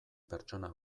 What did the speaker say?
pertsona